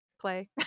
play